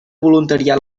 voluntariat